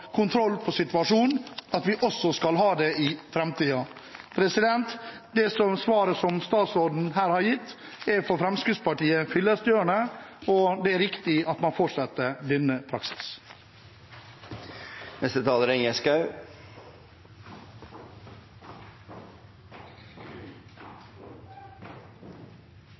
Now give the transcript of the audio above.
kontroll over situasjonen, og at vi også skal ha det i framtiden. Det svaret som statsråden her har gitt, er for Fremskrittspartiet fyllestgjørende, og det er riktig at man fortsetter denne